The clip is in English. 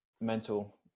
mental